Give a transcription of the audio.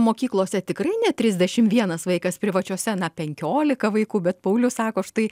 mokyklose tikrai ne trisdešim vienas vaikas privačiose na penkiolika vaikų bet paulius sako štai